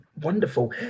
wonderful